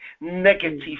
negative